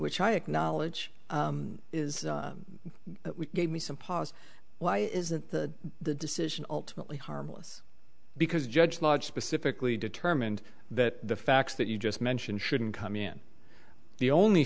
which i acknowledge is gave me some pause why isn't the decision ultimately harmless because judge lodge specifically determined that the facts that you just mentioned shouldn't come in the only